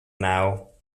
now